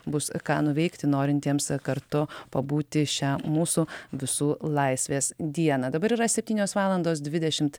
bus ką nuveikti norintiems kartu pabūti šią mūsų visų laisvės dieną dabar yra septynios valandos dvidešimt